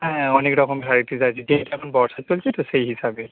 হ্যাঁ অনেক রকম ভ্যারাইটিস আছে যেহেতু এখন বর্ষা চলছে তো সেই হিসাবে